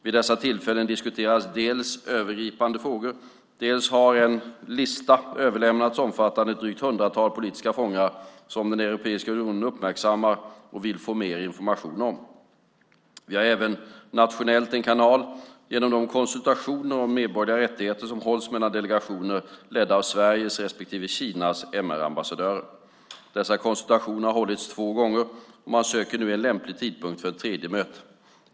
Vid dessa tillfällen diskuteras dels övergripande frågor, dels har en lista överlämnats omfattande ett drygt hundratal politiska fångar som EU uppmärksammar och vill få mer information om. Vi har även nationellt en kanal genom de MR-konsultationer som hålls mellan delegationer ledda av Sveriges respektive Kinas MR-ambassadörer. Dessa konsultationer har hållits två gånger och man söker nu en lämplig tidpunkt för ett tredje möte.